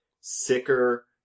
sicker